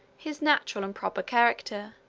his natural and proper character,